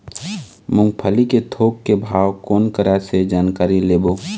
मूंगफली के थोक के भाव कोन करा से जानकारी लेबो?